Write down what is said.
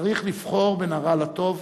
צריך לבחור בין הרע לטוב,